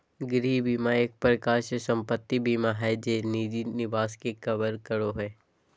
गृह बीमा एक प्रकार से सम्पत्ति बीमा हय जे निजी निवास के कवर करो हय